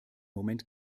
moment